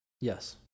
Yes